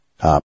Up